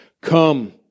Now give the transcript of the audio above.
Come